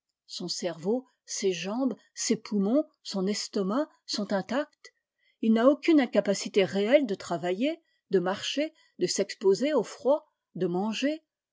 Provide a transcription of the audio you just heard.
son cerveau ses jambes ses poumons son estomac sont intacts il n'a aucune incapacité réelle de travailler de marcher de s'exposer au froid de manger